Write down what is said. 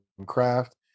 craft